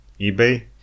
Ebay